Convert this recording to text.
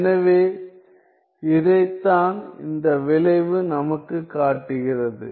எனவே இதைத்தான் இந்த விளைவு நமக்குக் காட்டுகிறது